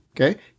Okay